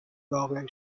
وافع